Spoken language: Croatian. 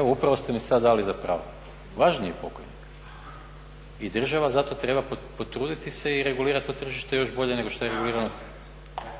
Evo upravo ste mi sad dali za pravo. Važniji je pokojnik i država zato treba potruditi se i regulirati to tržište još bolje nego što je regulirano…